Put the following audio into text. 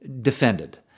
defended